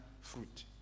fruit